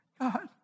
God